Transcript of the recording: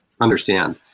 understand